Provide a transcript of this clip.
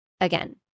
Again